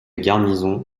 garnison